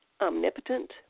omnipotent